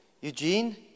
Eugene